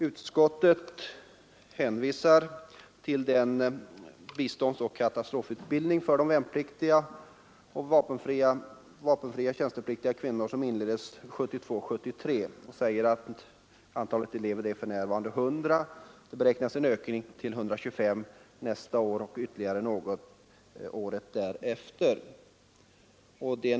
Utskottet hänvisar till den biståndsoch katastrofutbildning för värnpliktiga, vapenfria tjänstepliktiga och kvinnor som inleddes budgetåret 1972/73 och säger att antalet elever för närvarande är 100 per år och att man beräknar en ökning till 125 nästa år och en ytterligare ökning året därefter.